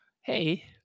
hey